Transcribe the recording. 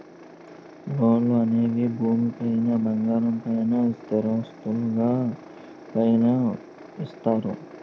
లోన్లు అనేవి భూమి పైన బంగారం పైన స్థిరాస్తులు పైన ఇస్తారు